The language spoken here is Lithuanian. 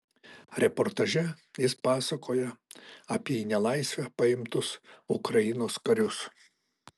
reportaže jis pasakoja apie į nelaisvę paimtus ukrainos karius